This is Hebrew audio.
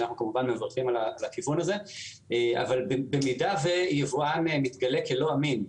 שאנחנו כמובן מברכים על הכיוון הזה אבל במידה ויבואן מתגלה כלא אמין,